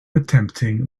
attempting